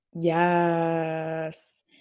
Yes